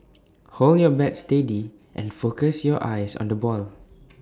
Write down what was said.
hold your bat steady and focus your eyes on the ball